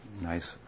nice